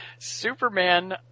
Superman